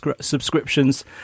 subscriptions